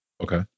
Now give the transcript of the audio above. Okay